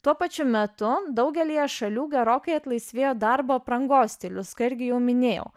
tuo pačiu metu daugelyje šalių gerokai atlaisvėjo darbo aprangos stilius ką irgi jau minėjau